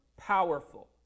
powerful